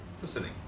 listening